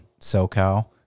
SoCal